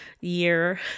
year